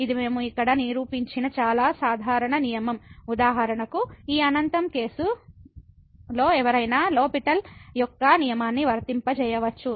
ఇది మనం ఇక్కడ నిరూపించిన చాలా సాధారణ నియమం ఉదాహరణకు ఈ అనంతం కేసు లో ఎవరైనా లో పిటెల్ L'Hospital యొక్క నియమాన్ని వర్తింపజేయవచ్చు